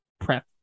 prep